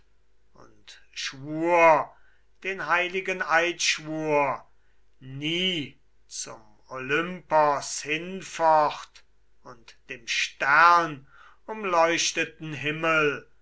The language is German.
und schwur den heiligen eidschwur nie zum olympos hinfort und dem sternumleuchteten himmel